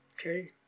Okay